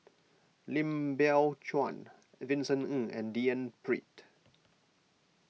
Lim Biow Chuan Vincent Ng and D N Pritt